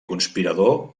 conspirador